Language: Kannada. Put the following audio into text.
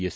ಎಸ್